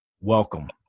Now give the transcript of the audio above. Welcome